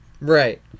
Right